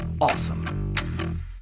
awesome